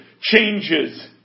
changes